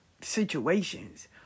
Situations